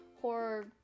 horror